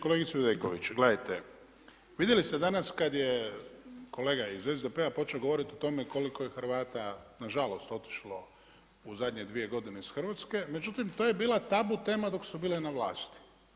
Kolegice Bedeković, gledajte, vidjeli ste danas kada je kolega iz SDP-a počeo govoriti o tome koliko je Hrvata, nažalost otišlo u zadnje 2 godine iz Hrvatske, međutim to je bila tabu tema dok su bili na vlasti.